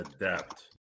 adapt